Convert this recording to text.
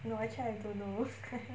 you know actually I don't know